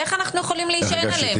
איך אנחנו יכולים להישען עליהם?